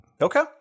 okay